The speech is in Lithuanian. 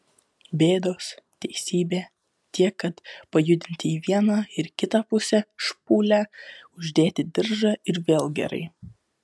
bėdos teisybė tiek kad pajudinti į vieną ir kitą pusę špūlę uždėti diržą ir vėl gerai